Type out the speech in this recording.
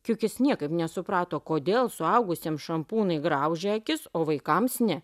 kiukis niekaip nesuprato kodėl suaugusiems šampūnai graužia akis o vaikams ne